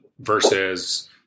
versus